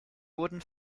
wurden